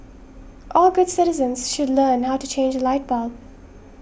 all good citizens should learn how to change a light bulb